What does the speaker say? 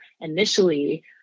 initially